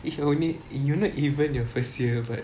if you only eh you not even your first year but